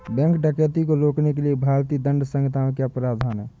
bank डकैती को रोकने के लिए भारतीय दंड संहिता में क्या प्रावधान है